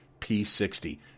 P60